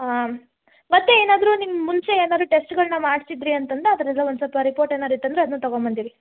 ಹಾಂ ಮತ್ತೆ ಏನಾದರೂ ನಿಮ್ಮ ಮುಂಚೆ ಏನಾದ್ರು ಟೆಸ್ಟ್ಗಳನ್ನ ಮಾಡಿಸಿದ್ರಿ ಅಂತಂದರೆ ಒನ್ ಸ್ವಲ್ಪ ರಿಪೋರ್ಟ್ ಏನಾರೂ ಇತ್ತಂದರೆ ಅದನ್ನೂ ತೊಗೊಂಬಂದಿರಿ